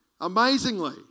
Amazingly